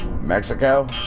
Mexico